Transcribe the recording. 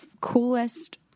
coolest